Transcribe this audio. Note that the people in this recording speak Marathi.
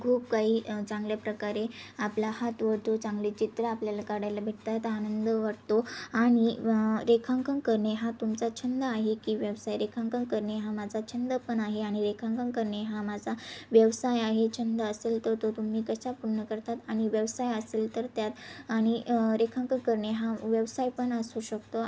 खूप काही चांगल्या प्रकारे आपला हात वळतो चांगले चित्र आपल्याला काढायला भेटतात आनंद वाटतो आणि रेखांकन करणे हा तुमचा छंद आहे की व्यवसाय रेखांकन करणे हा माझा छंद पण आहे आणि रेखांकन करणे हा माझा व्यवसाय आहे छंद असेल तर तो तुम्ही कशा पूर्ण करतात आणि व्यवसाय असेल तर त्यात आणि रेखांकन करणे हा व्यवसाय पण असू शकतो